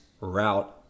route